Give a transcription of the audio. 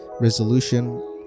resolution